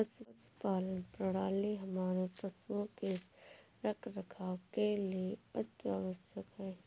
पशुपालन प्रणाली हमारे पशुओं के रखरखाव के लिए अति आवश्यक है